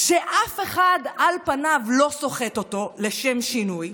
כשאף אחד על פניו לא סוחט אותו לשם שינוי,